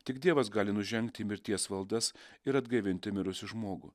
tik dievas gali nužengti į mirties valdas ir atgaivinti mirusį žmogų